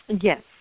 Yes